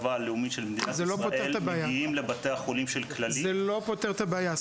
זה לא פותר את הבעיה.